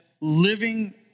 living